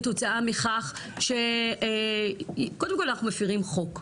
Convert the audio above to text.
כתוצאה מכך שקודם כל אנחנו מפרים חוק.